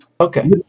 Okay